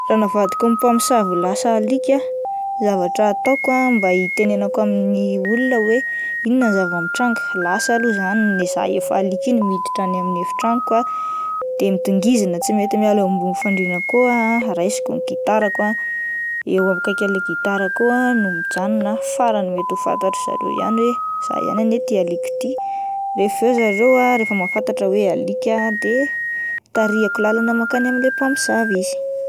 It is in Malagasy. Raha navadiky ny mpamosavy ho lasa alika aho ny zavatra ataoko mba hitenenako amin'ny olona hoe inona ny zava-mitranga, lasa aloha zany zah efa alika iny miditra any amin'ny efi-tranoko ah, de midongizina tsy mety miala eo ambony fandriana koa aho ah, raisiko ny gitarako ah, eo akaikin'ilay gitarako eo aho no mijanona ah farany mety ho fantatry zareo ihany hoe izaho ihany anie ity alika ity, refa avy eo zareo ah, rehefa mahafantatra hoe alika ah de tarihako lalana makany amin'le mpamosavy izy.